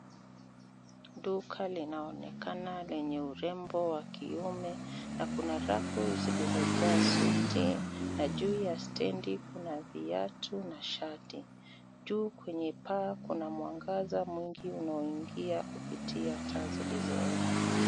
Duka linaonekana lenye urembo wa kiume na kuna rafu zilizojaa suti na juu ya stendi kuna viatu na shati. Juu kwenye paa kuna mwangaza mwingi unaoingia kupitia taa zilizowekwa.